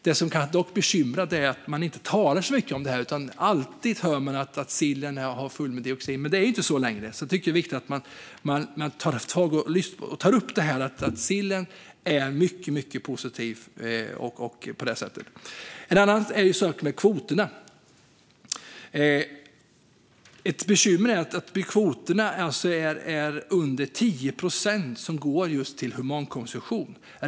Det som dock kan bekymra är att man inte talar så mycket om det, utan man hör alltid att sillen är full av dioxin. Men det är ju inte så längre, så jag tycker att det är viktigt att man tar upp att sillen är mycket positiv på det sättet. En annan sak är kvoterna. Ett bekymmer är att kvoterna som går till humankonsumtion är under 10 procent.